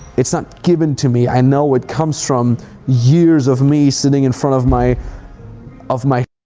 it's not given to me, i know it comes from years of me sitting in front of my of my